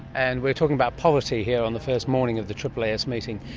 and we're talking about poverty here on the first morning of the aaas meeting,